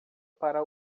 para